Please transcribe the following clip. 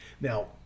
Now